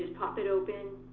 pop it open,